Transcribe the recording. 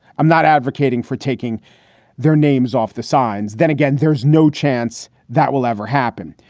i'm not advocating for taking their names off the signs. then again, there's no chance that will ever happen.